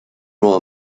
will